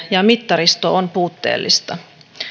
ja ja mittaristo on puutteellista